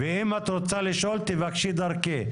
אם את רוצה לשאול, תבקשי דרכי.